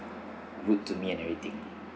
rude to me and everything